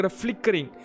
flickering